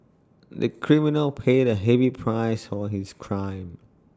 the criminal paid A heavy price for his crime